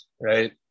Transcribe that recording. right